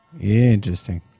Interesting